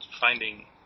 finding